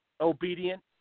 obedient